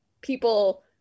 people